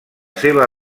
seva